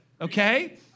okay